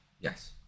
Yes